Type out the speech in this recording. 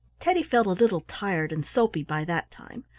teddy felt a little tired and soapy by that time,